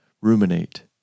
Ruminate